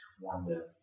wonder